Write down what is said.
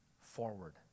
forward